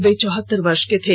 वे चौहतर वर्ष के थे